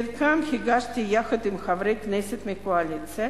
חלקן הגשתי יחד עם חברי כנסת מהקואליציה,